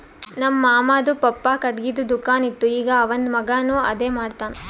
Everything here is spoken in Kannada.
ನಮ್ ಮಾಮಾದು ಪಪ್ಪಾ ಖಟ್ಗಿದು ದುಕಾನ್ ಇತ್ತು ಈಗ್ ಅವಂದ್ ಮಗಾನು ಅದೇ ಮಾಡ್ತಾನ್